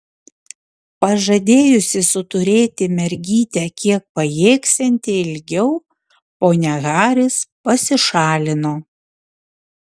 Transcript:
pažadėjusi suturėti mergytę kiek pajėgsianti ilgiau ponia haris pasišalino